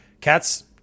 Cats